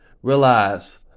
realize